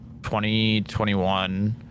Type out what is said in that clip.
2021